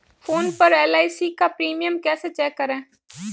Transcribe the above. Phone पर LIC का premium कैसे चेक करें?